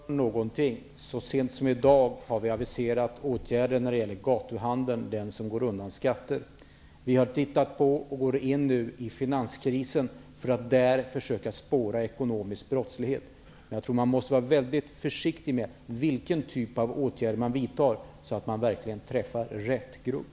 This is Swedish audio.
Herr talman! Regeringen gör något. Så sent som i dag har vi aviserat åtgärder mot den gatuhandel som undandrar sig skatt. Vi går nu in i finansmarknaden för att där försöka spåra ekonomisk brottslighet. Man måste vara mycket försiktig med att avgöra vilken typ av åtgärder som skall vidtas så att man verkligen träffar rätt grupp.